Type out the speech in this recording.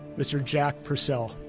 mr. jack purcell.